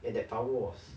and that power was